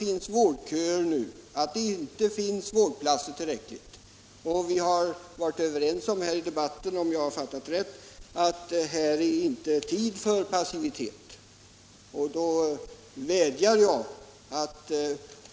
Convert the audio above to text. Vi vet att det inte finns tillräckligt med vårdplatser nu, och om jag fattat debatten rätt har vi varit överens om att det inte är tid för någon passivitet.